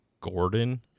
Gordon